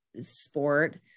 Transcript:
sport